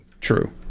True